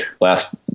last